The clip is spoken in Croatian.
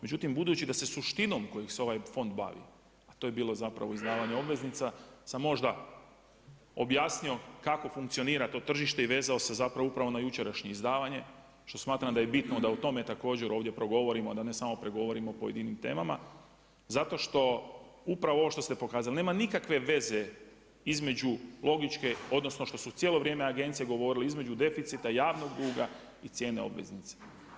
Međutim, budući da se suštinom kojom se ovaj fond bavi, a to je bilo zapravo izdavanje obveznica sam možda objasnio kako funkcionira to tržište i vezao se zapravo upravo na jučerašnje izdavanje što smatram da je bitno da o tome također ovdje progovorimo, da ne progovorimo, da ne samo progovorimo o pojedinim temama zato što upravo ovo što ste pokazali nema nikakve veze između logičke, odnosno što su cijelo vrijeme agencije govorile, između deficita javnog duga i cijene obveznice.